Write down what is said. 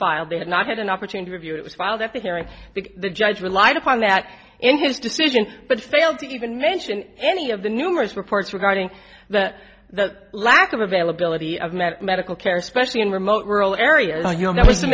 filed they had not had an opportunity to view it was filed at the hearing because the judge relied upon that in his decision but failed to even mention any of the numerous reports regarding the the lack of availability of met medical care especially in remote rural areas that was